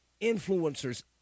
influencers